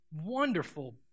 wonderful